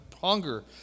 hunger